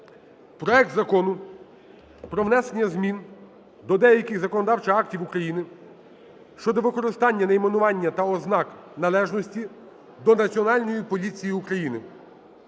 проект Закону про внесення змін до яких законодавчих актів України щодо використання найменування та ознак належності до Національної поліції України